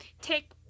take